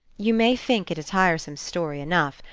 you may think it a tiresome story enough,